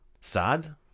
Sad